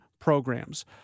programs